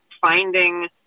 finding